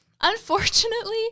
Unfortunately